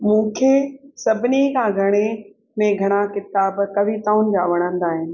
मूंखे सभिनी खां घणे में घणा किताब कविताउनि जा वणंदा आहिनि